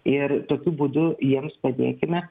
ir tokiu būdu jiems padėkime